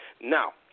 Now